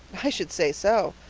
i should say so.